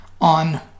on